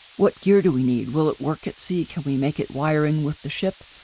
what gear do we need? will it work at sea? can we make it wire in with the ship?